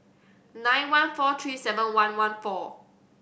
nine one four three seven one one four